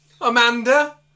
Amanda